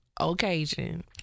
occasion